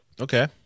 Okay